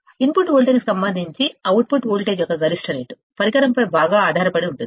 input voltage కు సంబంధించి output voltage యొక్క గరిష్ట రేటు పరికరంపై బాగా ఆధారపడి ఉంటుంది